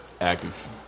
active